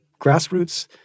grassroots